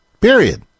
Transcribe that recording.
period